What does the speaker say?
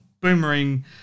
Boomerang